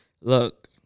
Look